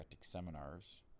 seminars